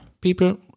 people